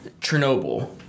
Chernobyl